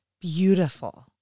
Beautiful